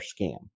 scam